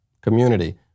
community